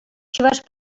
чӑваш